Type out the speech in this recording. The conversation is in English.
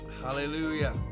Hallelujah